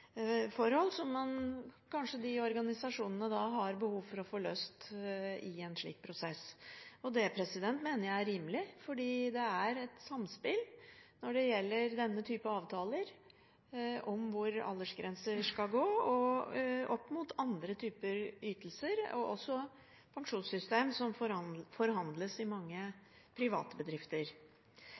forhold som kanskje de organisasjonene har behov for å få løst i en slik prosess. Det mener jeg er rimelig, for det er et samspill når det gjelder denne typen avtaler, om hvor aldersgrenser skal gå opp mot andre typer ytelser, og også pensjonssystemer som forhandles i mange private bedrifter.